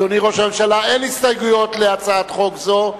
אדוני ראש הממשלה, אין הסתייגויות להצעת חוק זו,